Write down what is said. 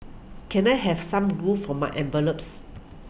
can I have some glue for my envelopes